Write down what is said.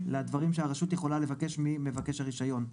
לדברים שהרשות יכולה לבקש ממבקש הרישיון,